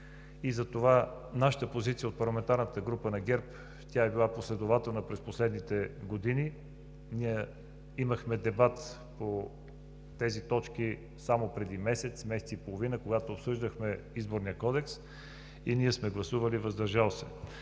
решение. Нашата позиция от парламентарната група на ГЕРБ е била последователна през последните години, имахме дебат по тези точки само преди месец – месец и половина, когато обсъждахме Изборния кодекс и ние сме гласували „въздържал се“.